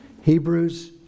Hebrews